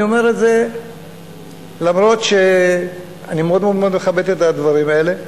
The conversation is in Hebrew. אני אומר את זה למרות שאני מאוד מאוד מכבד את הדברים האלה,